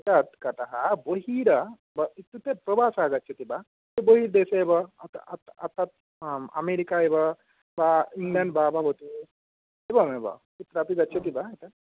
एतत् कटः बहिर् इत्युक्ते प्रवासः गच्छति वा बहिर्देशे वा आम् अमेरिका एव इङ्ग्लेण्ड् वा भवतु कुत्रापि गच्छति वा एतत्